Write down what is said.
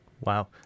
Wow